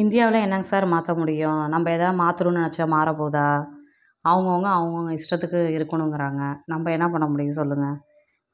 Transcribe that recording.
இந்தியாவில் என்னங்க சார் மாற்ற முடியும் நம்ம எதாவது மாற்றணுன்னு நினச்சா மாறப்போகுதா அவுங்கவங்க அவுங்கவங்க இஷ்டத்துக்கு இருக்கணுங்கிறாங்க நம்ம என்ன பண்ணமுடியும் சொல்லுங்கள்